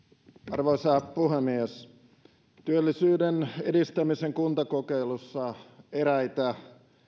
arvoisa puhemies työllisyyden edistämisen kuntakokeilussa eräitä